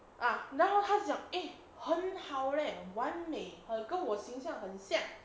ah 然后他就讲 eh 很好 leh 完美跟我形象很像